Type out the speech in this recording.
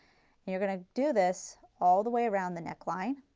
you are going to do this all the way around the neckline.